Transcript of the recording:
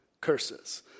curses